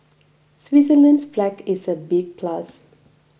Switzerland's flag is a big plus